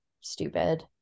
stupid